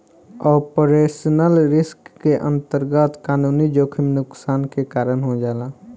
operational risk के अंतरगत कानूनी जोखिम नुकसान के कारन हो जाला